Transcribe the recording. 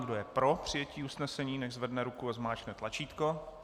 Kdo je pro přijetí usnesení, nechť zvedne ruku a zmáčkne tlačítko.